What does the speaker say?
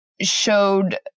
showed